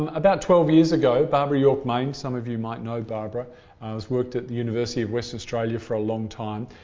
um about twelve years ago barbara york main some of you might know barbara worked at the university of western australia for a long time,